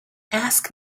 ask